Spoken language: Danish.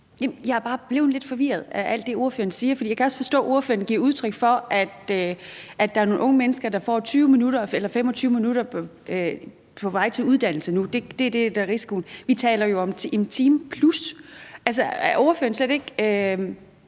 Jeg er bare blevet lidt forvirret af alt det, ordføreren siger. Jeg kan også forstå, at ordføreren giver udtryk for, at der er nogle unge mennesker, der nu får 20-25 minutter til deres uddannelsessted. Det er det, der er risikoen. Vi taler jo om plus 1 time. Er ordføreren slet ikke